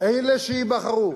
אלה שייבחרו,